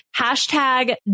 hashtag